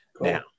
now